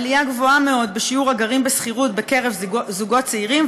עלייה גבוהה מאוד בשיעור הגרים בשכירות בקרב זוגות צעירים,